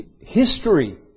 history